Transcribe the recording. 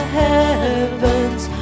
heavens